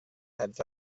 hebdda